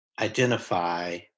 identify